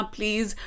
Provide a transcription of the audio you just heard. Please